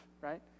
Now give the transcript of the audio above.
right